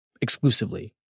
exclusively